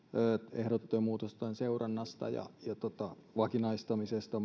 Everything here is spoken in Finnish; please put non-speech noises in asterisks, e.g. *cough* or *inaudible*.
ehdotettujen muutosten seurannasta ja mahdollisesta vakinaistamisesta *unintelligible*